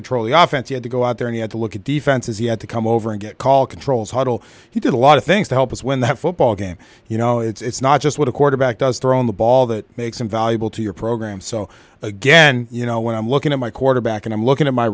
control the off and he had to go out there and he had to look at defenses he had to come over and get call controls huddle he did a lot of things to help us win that football game you know it's not just what a quarterback does thrown the ball that makes him valuable to your program so again you know when i'm looking at my quarterback and i'm looking at my